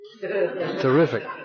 Terrific